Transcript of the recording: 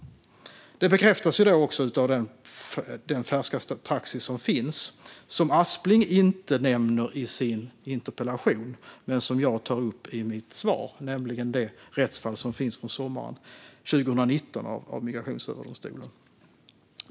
Det här bekräftas också av färsk praxis som Aspling inte nämner i sin interpellation men som jag tar upp i mitt svar, nämligen ett rättsfall i Migrationsöverdomstolen sommaren 2019.